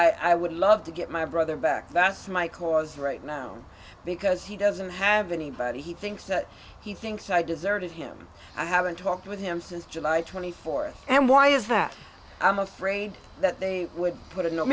that i would love to get my brother back that's my cause right now because he doesn't have anybody he thinks he thinks i deserve him i haven't talked with him since july twenty fourth and why is that i'm afraid that they would put